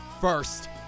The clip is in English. first